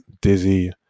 Dizzy